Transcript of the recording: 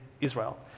Israel